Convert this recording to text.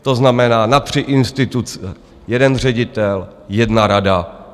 To znamená na tři instituce jeden ředitel, jedna rada.